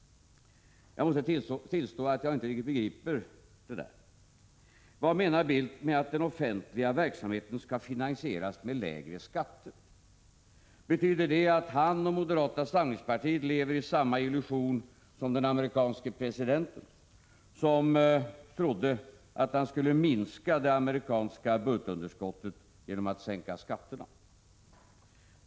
Jag måste tillstå att jag inte riktigt begriper det där. Vad menar Bildt med att den offentliga verksamheten skall finansieras med lägre skatter? Betyder det att han och moderata samlingspartiet lever i samma illusion som den amerikanske presidenten, som trodde att han skulle minska det amerikanska budgetunderskottet genom att sänka skatterna?